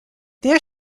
there